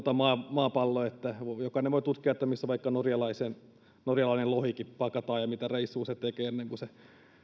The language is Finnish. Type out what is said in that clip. maapalloa jokainen voi tutkia missä vaikka norjalainenkin norjalainenkin lohi pakataan ja mitä reissua se tekee ennen kuin se